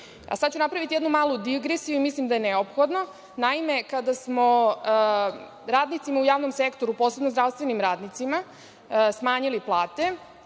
ću napraviti jednu malu digresiju i mislim da je neophodno, naime, kada smo radnicima u javnom sektoru, posebno zdravstvenim radnicima smanjili plate,